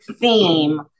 theme